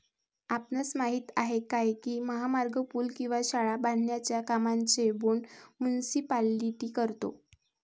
आपणास माहित आहे काय की महामार्ग, पूल किंवा शाळा बांधण्याच्या कामांचे बोंड मुनीसिपालिटी करतो?